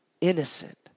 innocent